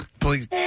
Please